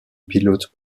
pilotes